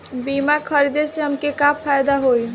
बीमा खरीदे से हमके का फायदा होई?